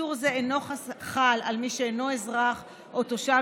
איסור זה אינו חל על מי שאינו אזרח או תושב